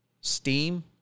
STEAM